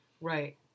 right